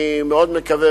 אני מאוד מקווה,